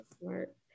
smart